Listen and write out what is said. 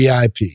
VIP